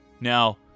Now